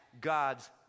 God's